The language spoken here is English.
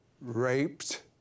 raped